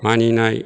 मानिनाय